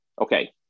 Okay